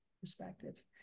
perspective